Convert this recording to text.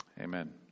Amen